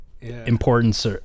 Importance